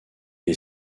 est